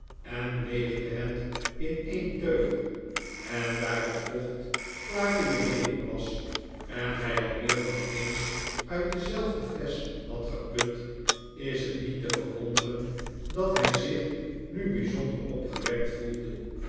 en leegde het in een teug en daar het vocht klare jenever was en hij al meer dan eens uit dezelfde flesch had geput is het niet te verwonderen dat hij zich nu bijzonder opgewekt voelde